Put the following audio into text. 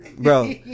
Bro